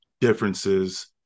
differences